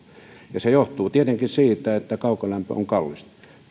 ja se johtuu tietenkin siitä että kaukolämpö on kallista